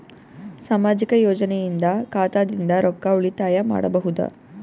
ಸಾಮಾಜಿಕ ಯೋಜನೆಯಿಂದ ಖಾತಾದಿಂದ ರೊಕ್ಕ ಉಳಿತಾಯ ಮಾಡಬಹುದ?